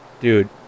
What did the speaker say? Dude